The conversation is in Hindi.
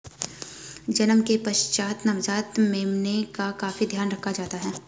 जन्म के पश्चात नवजात मेमने का काफी ध्यान रखा जाता है